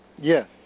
Yes